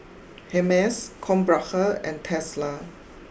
Hermes Krombacher and Tesla